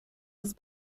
his